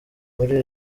muri